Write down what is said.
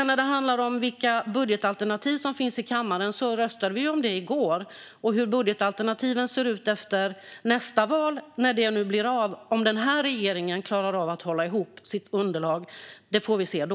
När det handlar om vilka budgetalternativ som finns i kammaren röstade vi om det i går. Hur budgetalternativen ser ut efter nästa val - när det nu blir av - om den här regeringen klarar av att hålla ihop sitt underlag får vi se då.